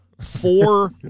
four